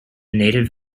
native